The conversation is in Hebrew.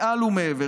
מעל ומעבר.